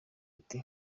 ati